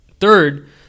third